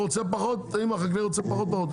אם החקלאי רוצה פחות פחות,